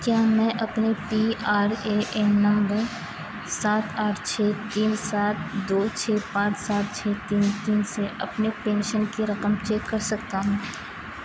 کیا میں اپنے پی آر اے این نمبر سات آٹھ چھ تین سات دو چھ پانچ سات چھ تین تین سے اپنی پینشن کی رقم چیک کر سکتا ہوں